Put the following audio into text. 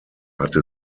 hatte